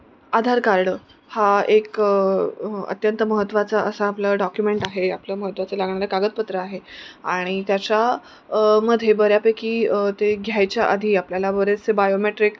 आधार card हा एक अत्यंत महत्त्वाचा असा आपलं डॉक्युमेंट आहे आपलं महत्त्वाचं लागणारं कागदपत्र आहे आणि त्याच्यामध्ये बऱ्यापैकी ते घ्यायच्या आधी आपल्याला बरेचसे बायोमॅट्रिक